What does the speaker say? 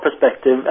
perspective